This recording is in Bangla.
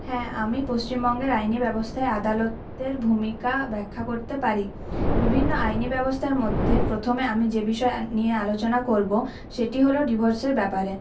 হ্যাঁ আমি পশ্চিমবঙ্গের আইনি ব্যবস্থায় আদালতের ভূমিকা ব্যাখ্যা করতে পারি বিভিন্ন আইনি ব্যবস্থার মধ্যে প্রথমে আমি যে বিষয় নিয়ে আলোচনা করবো সেটি হল ডিভোর্সের ব্যাপারে